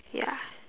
ya